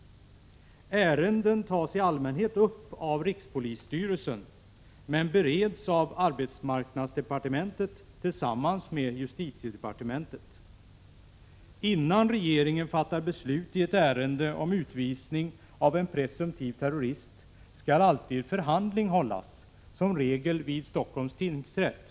Ärenden tas i allmänhet upp av rikspolisstyrelsen, men bereds av arbetsmarknadsdepartementet tillsammans med justitiedepartementet. Innan regeringen fattar beslut i ett ärende om utvisning av en presumtiv Prot. 1986/87:46 terrorist, skall alltid förhandling hållas, som regel vid Stockholms tingsrätt.